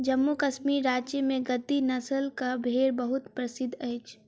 जम्मू कश्मीर राज्य में गद्दी नस्लक भेड़ बहुत प्रसिद्ध अछि